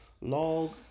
log